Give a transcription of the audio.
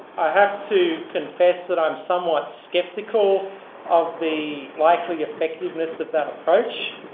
i have to confess that i'm somewhat skeptical of the likely effectiveness of that approach.